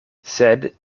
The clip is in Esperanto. sed